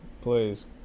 Please